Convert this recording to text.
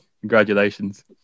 congratulations